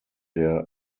der